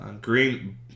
Green